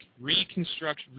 reconstruct